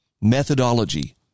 methodology